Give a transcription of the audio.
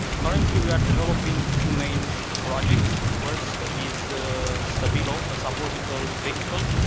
currently we are developing two main projects. first is stabilo, a suborbital vehicle